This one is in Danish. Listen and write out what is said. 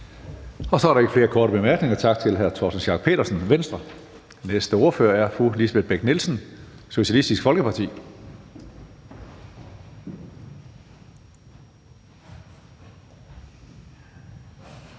Der er ikke ønske om korte bemærkninger. Tak til hr. Torsten Schack Pedersen, Venstre. Næste ordfører er hr. Mads Olsen, Socialistisk Folkeparti.